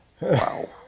Wow